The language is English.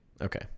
Okay